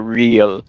real